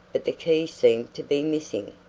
but the key seemed to be missing.